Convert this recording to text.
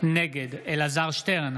נגד אלעזר שטרן,